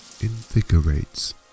invigorates